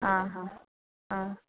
ಹಾಂ ಹಾಂ ಹಾಂ